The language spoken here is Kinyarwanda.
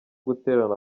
guterana